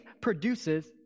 produces